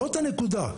זאת הנקודה.